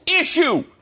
issue